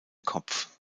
kopf